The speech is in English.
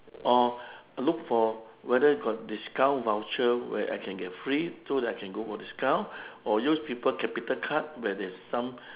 or look for whether got discount voucher where I can get free so that I can go for discount or use people capital card where there's some